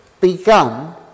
begun